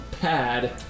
pad